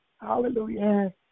Hallelujah